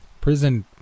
Prison